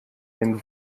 den